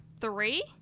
three